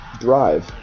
drive